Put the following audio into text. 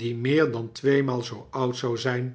die meer dan tweemaal zoo oud zou zyn